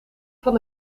van